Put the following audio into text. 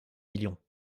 millions